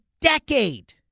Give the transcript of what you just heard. decade